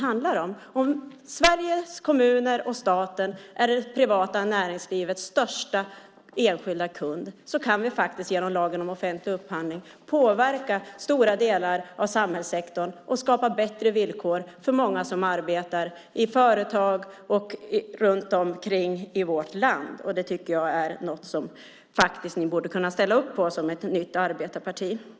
Eftersom Sveriges kommuner och svenska staten är det privata näringslivets största kund kan vi genom lagen om offentlig upphandling påverka stora delar av samhällssektorn och skapa bättre villkor för många som arbetar i företag och runt om i vårt land. Det är något som ni som ett nytt arbetarparti borde kunna ställa upp på.